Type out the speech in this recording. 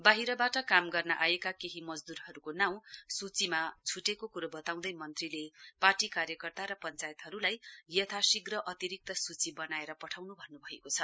वाहिरबाट काम गर्न आएका केही मजदूरहरूको नाँउ सूचीमा छुटेको कुरो बताँउदै मन्त्रीले पार्टी कार्यकर्ता र पञ्चायतहरूलाई यथाशीघ्र अतिरिक्त सूची बनाएर पठाउनु भन्नुभएको छ